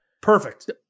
Perfect